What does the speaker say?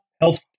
health